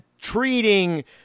treating